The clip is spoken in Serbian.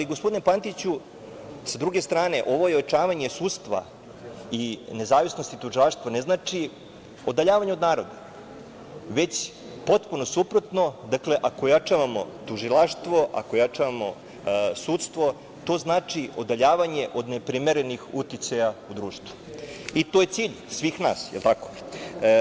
Gospodine Pantiću, sa druge strane ovo je ojačavanje sudstva i nezavisnosti tužilaštva ne znači udaljavanje od naroda već potpuno suprotno, dakle ako ojačavamo tužilaštvo, ako jačamo sudstvo to znači odaljavanje od neprimerenih uticaja u društvu i to je cilj svih nas, jel tako?